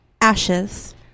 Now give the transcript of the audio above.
Ashes